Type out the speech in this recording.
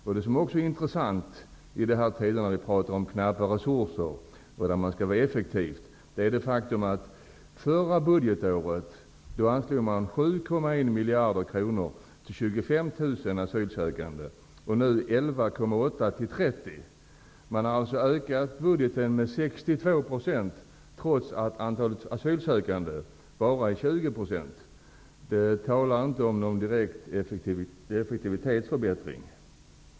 Under dessa tider, då det talas om knappa resurser och om att allt skall skötas effektivt, är det intressant att veta att man förra budgetåret anslog Anslaget har alltså ökat med 62 %, trots att antalet asylsökande bara har ökat med 20 %. Det pekar inte på någon direkt effektivitetsförbättring.